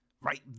right